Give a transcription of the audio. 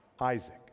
Isaac